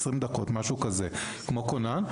עשרים דקות כמו כונן.